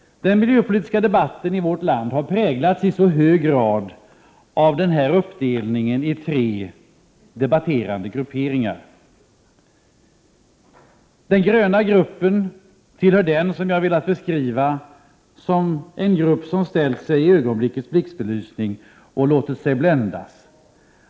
Den miljöpolitiska debatten i vårt land har i hög grad präglats av den här uppdelningen i tre debatterande grupperingar. Den gröna gruppen är den som jag velat beskriva som en grupp som ställt sig i ögonblickets blixtbelysning och låtit sig bländas.